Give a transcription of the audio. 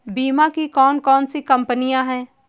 बीमा की कौन कौन सी कंपनियाँ हैं?